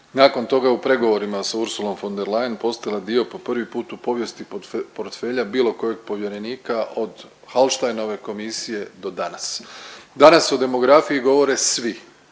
Nakon toga u pregovorima s Ursulom von der Leyen postala dio po prvi put u povijesti portfelja bilo kojeg povjerenika od Hauštajnove komisije do danas. Danas o demografiji govore svi,